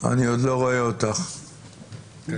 תודה על זכות